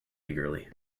eagerly